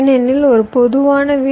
ஏனெனில் ஒரு பொதுவான வி